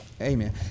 amen